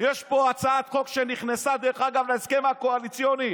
ואתה מסכים להם.